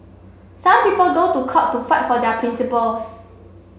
some people go to court to fight for their principles